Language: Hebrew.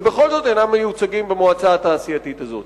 ובכל זאת אינם מיוצגים במועצה התעשייתית הזאת.